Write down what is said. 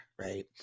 right